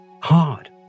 hard